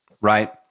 right